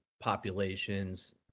populations